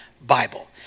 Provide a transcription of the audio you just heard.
Bible